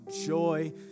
joy